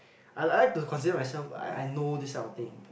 I I like to consider myself I I know these type of thing